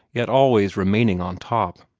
yet always remaining on top.